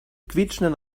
quietschenden